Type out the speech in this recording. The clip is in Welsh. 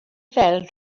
fel